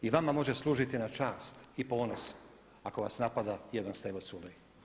I vama može služiti na čast i ponos ako vas napada jedan Stevo Culej.